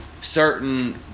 certain